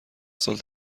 سال